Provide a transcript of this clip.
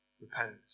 repent